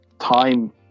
Time